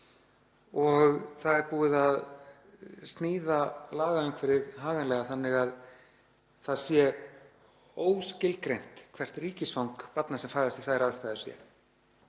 og það er búið að sníða lagaumhverfið haganlega þannig að það sé óskilgreint hvert ríkisfang barna sem fæðast við þær aðstæður sé.